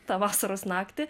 tą vasaros naktį